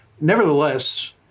Nevertheless